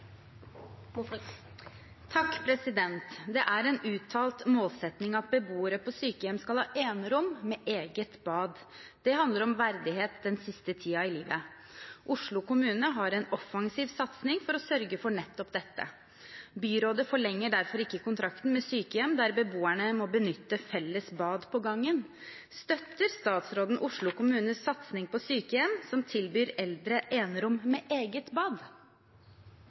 Det er en uttalt målsetting at beboere på sykehjem skal ha enerom med eget bad. Det handler om verdighet den siste tiden i livet. Oslo kommune har en offensiv satsing for å sørge for nettopp dette. Byrådet forlenger derfor ikke kontrakten med sykehjem der beboerne må benytte felles bad på gangen. Støtter statsråden Oslo kommunes satsing på sykehjem som tilbyr eldre enerom med eget bad?